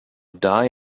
die